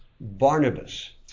Barnabas